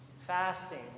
Fasting